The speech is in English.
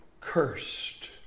cursed